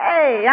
Hey